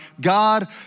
God